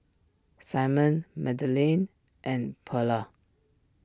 Simon Madeleine and Pearla